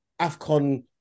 AFCON